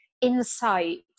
insight